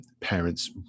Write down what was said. parents